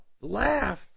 laugh